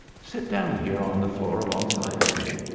sit down here on the floor alongside of me,